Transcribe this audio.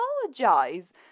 apologize